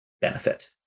benefit